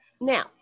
now